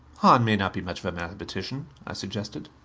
hahn may not be much of a mathematician, i suggested.